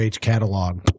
catalog